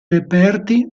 reperti